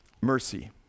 mercy